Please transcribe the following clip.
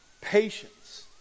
patience